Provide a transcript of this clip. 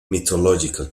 mythological